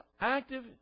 active